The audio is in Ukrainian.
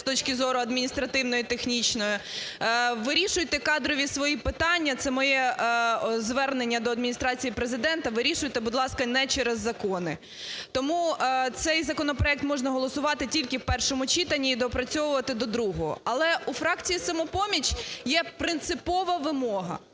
з точки зору адміністративної і технічної. Вирішуйте кадрові свої питання – це моє звернення до Адміністрації Президента – вирішуйте, будь ласка, не через закони. Тому цей законопроект можна голосувати тільки в першому читанні і доопрацьовувати до другого. Але у фракції "Самопоміч" є принципова вимога,